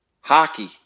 Hockey